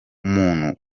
umuntu